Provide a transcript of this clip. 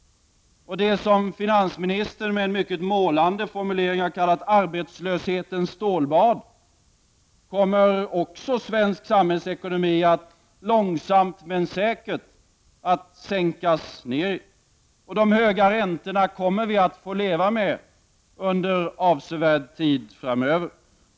Det som finansministern med en mycket målande formulering har kallat arbetslöshetens stålbad kommer också svensk samhällsekonomi sakta men säkert att sänkas ner i. De höga räntorna kommer vi att få leva med under avsevärd tid framöver.